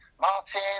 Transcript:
martin